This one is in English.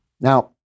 Now